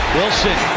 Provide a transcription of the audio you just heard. Wilson